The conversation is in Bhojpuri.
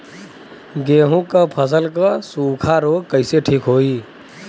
गेहूँक फसल क सूखा ऱोग कईसे ठीक होई?